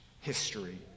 history